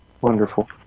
wonderful